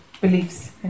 beliefs